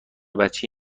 بچه